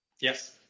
yes